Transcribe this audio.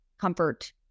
comfort